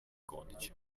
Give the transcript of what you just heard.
codice